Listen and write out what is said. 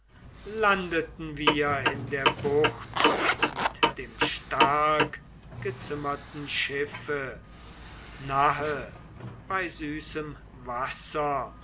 landeten wir in der bucht mit dem starkgezimmerten schiffe nahe bei süßem wasser